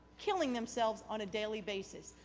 killing themselves on a daily basis.